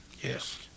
Yes